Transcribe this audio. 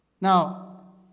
Now